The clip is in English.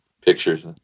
pictures